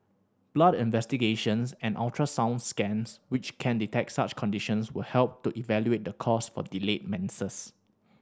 blood investigations and ultrasound scans which can detect such conditions will help to evaluate the cause for delayed menses